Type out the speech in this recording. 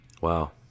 Wow